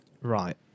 Right